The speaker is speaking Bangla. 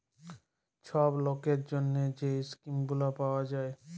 ছব লকের জ্যনহে যে ইস্কিম গুলা পাউয়া যায়